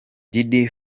diddy